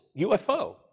UFO